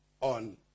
on